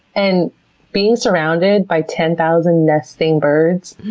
and being surrounded by ten thousand nesting birds,